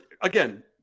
again